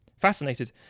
Fascinated